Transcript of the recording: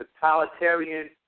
totalitarian